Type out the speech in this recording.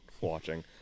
watching